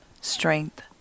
strength